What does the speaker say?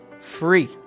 free